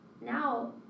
now